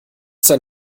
sein